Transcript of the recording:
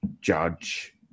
judge